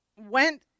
went